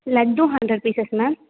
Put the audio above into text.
laddu hundred pieces ma'am